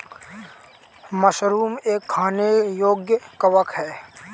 mushroom एक खाने योग्य कवक है